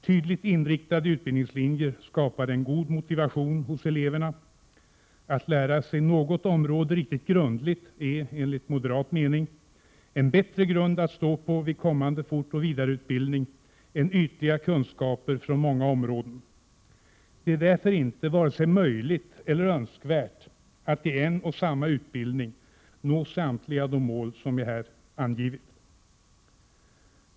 Tydligt inriktade utbildningslinjer skapar en god motivation hos eleverna. Att lära sig något område riktigt grundligt är, enligt moderat mening, en bättre grund att stå på vid kommande fortoch vidareutbildning än ytliga kunskaper från många områden. Det är därför inte vare sig möjligt eller önskvärt att i en och samma utbildning nå samtliga de mål som jag här angivit.